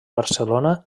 barcelona